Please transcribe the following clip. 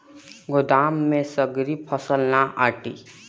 गोदाम में सगरी फसल ना आटी